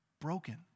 Broken